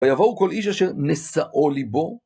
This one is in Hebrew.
ויבואו כל איש אשר נשאו ליבו